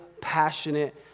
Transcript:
passionate